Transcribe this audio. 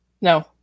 No